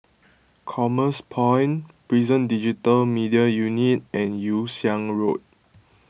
Commerce Point Prison Digital Media Unit and Yew Siang Road